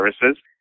Services